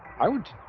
i would